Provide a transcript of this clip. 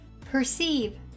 Perceive